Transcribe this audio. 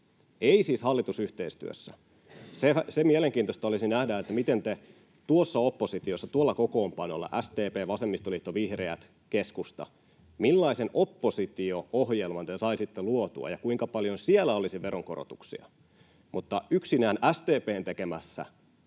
ei siis hallitusyhteistyössä. Se olisi mielenkiintoista nähdä, millaisen oppositio-ohjelman te tuossa oppositiossa, tuolla kokoonpanolla — SDP, vasemmistoliitto, vihreät ja keskusta — saisitte luotua ja kuinka paljon siellä olisi veronkorotuksia. Mutta yksinään SDP:n tekemässä